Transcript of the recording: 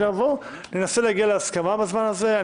ננסה להגיע להסכמה בזמן הזה.